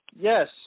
Yes